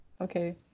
Okay